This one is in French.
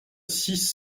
six